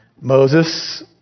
Moses